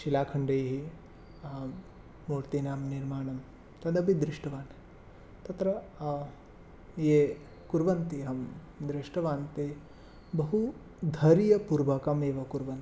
शिलाखण्डैः मूर्तीनां निर्माणं तदपि दृष्टवान् तत्र ये कुर्वन्ति अहं दृष्टवान् ते बहुधैर्यपूर्वकम् एव कुर्वन्ति